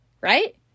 Right